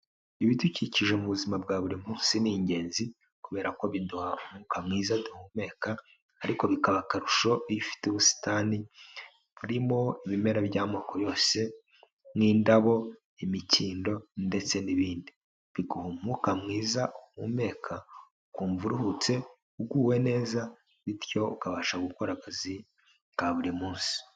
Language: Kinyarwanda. Ibidukikije mu buzima bwa buri munsi ni ingenzi, kubera ko biduha umwuka mwiza duhumeka ariko bikaba akarusho iyo ufite ubusitani burimo ibimera by'amoko yose nk'indabo, imikindo ndetse n'ibindi. Biguha umwuka mwiza uhumeka ukumva uruhutse uguwe neza bityo ukabasha gukora akazi ka buri munsi.